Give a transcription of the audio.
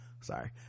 sorry